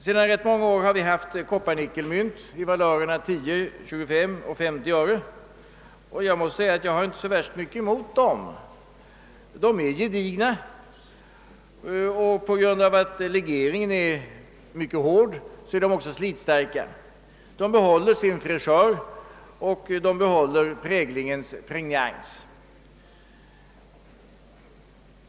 Sedan rätt många år har vi haft kopparnickelmynt i valörerna 10, 25 och 50 öre. Jag har inte så värst mycket emot dessa mynt. De är gedigna och på grund av att legeringen är mycket hård är de också mycket slitstarka. De behåller sin fräschör och präglingens pregnans.